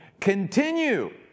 Continue